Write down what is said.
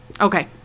Okay